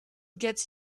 gets